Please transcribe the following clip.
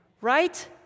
Right